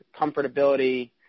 comfortability